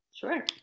Sure